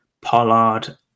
Pollard